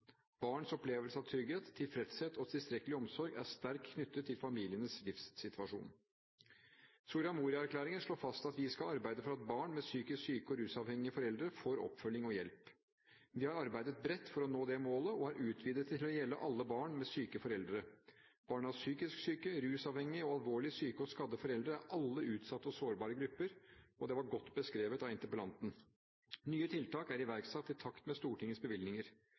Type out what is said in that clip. Barns opplevelse av trygghet, tilfredshet og tilstrekkelig omsorg er sterkt knyttet til familiens livssituasjon. Soria Moria-erklæringen slår fast at vi skal arbeide for at barn med psykisk syke og rusavhengige foreldre får oppfølging og hjelp. Vi har arbeidet bredt for å nå det målet og har utvidet det til å gjelde alle barn med syke foreldre. Barn av psykisk syke, rusavhengige og alvorlig syke og skadde foreldre er alle utsatte og sårbare grupper, og det var godt beskrevet av interpellanten. Nye tiltak er iverksatt i takt med Stortingets bevilgninger.